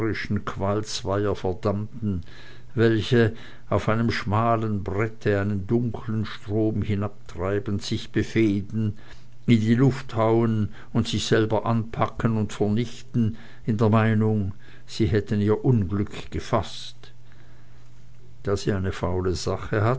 zweier verdammten welche auf einem schmalen brette einen dunklen strom hinabtreibend sich befehden in die luft hauen und sich selber anpacken und vernichten in der meinung sie hätten ihr unglück gefaßt da sie eine faule sache